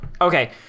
Okay